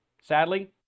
sadly